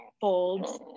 folds